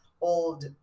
old